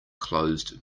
closed